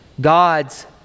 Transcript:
God's